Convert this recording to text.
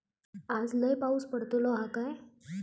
आज लय पाऊस पडतलो हा काय?